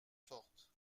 forte